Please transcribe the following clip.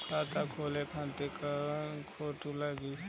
खाता खोले खातिर कय गो फोटो लागी?